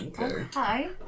Hi